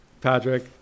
Patrick